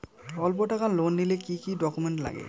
অল্প টাকার লোন নিলে কি কি ডকুমেন্ট লাগে?